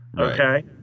Okay